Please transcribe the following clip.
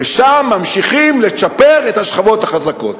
ושם ממשיכים לצ'פר את השכבות החזקות.